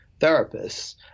therapists